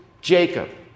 Jacob